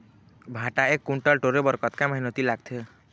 भांटा एक कुन्टल टोरे बर कतका मेहनती लागथे?